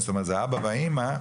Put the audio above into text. שזה האבא והאמא,